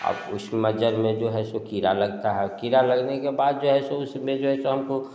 अब उस मोजर में जो है सो कीड़ा लगता है कीड़ा लगने के बाद जो है सो उसमें जो है सो हमको